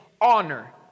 honor